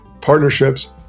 partnerships